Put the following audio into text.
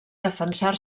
defensar